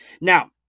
now